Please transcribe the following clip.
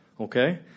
Okay